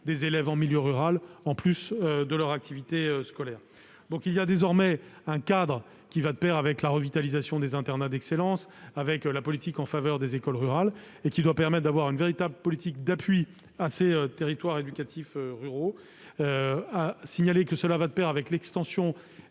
des élèves en milieu rural, en plus de leur activité scolaire. Il existe donc désormais un cadre qui va de pair avec la revitalisation des internats d'excellence et la politique en faveur des écoles rurales. Il doit permettre de développer une véritable politique d'appui à ces territoires éducatifs ruraux. Il s'inscrit également dans le même objectif que l'extension